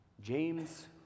James